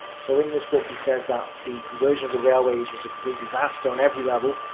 so in this book he says that the conversion of the railways was a complete disaster on every level,